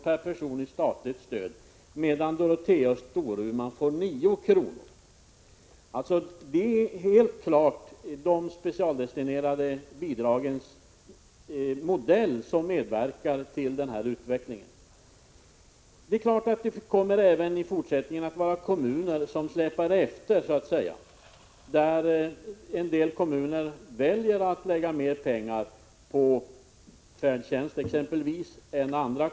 per person i statligt stöd medan invånarna i Dorotea och Storuman får 9 kr. Det är helt klart att modellen med specialdestinerade bidrag medverkar till denna utveckling. Även i fortsättningen kommer det självfallet att finnas kommuner som så att säga släpar efter. En del kommuner väljer att lägga mer pengar på färdtjänsten än andra.